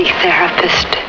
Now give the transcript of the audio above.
therapist